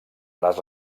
les